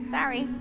Sorry